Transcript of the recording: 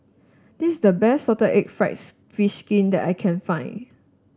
this is the best Salted Egg fried fish skin that I can find